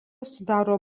sudaro